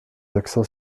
accent